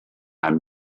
and